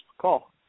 call